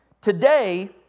Today